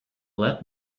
led